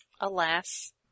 Alas